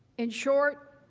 in short,